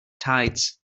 tides